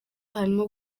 harimo